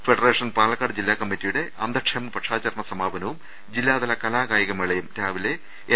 ഫെഡ ration Palakkad ജില്ലാ കമ്മിറ്റിയുടെ അന്ധക്ഷേമ പക്ഷാചരണ സമാപ നവും ജില്ലാതല കലാ കായിക മേളയും രാവിലെ എൻ